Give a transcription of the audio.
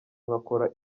nkakora